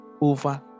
over